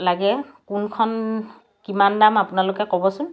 লাগে কোনখন কিমান দাম আপোনালোকে ক'বচোন